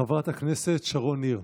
חברת הכנסת שרון ניר,